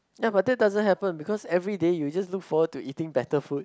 ya but that doesn't happen because every day you just look forward to eating better food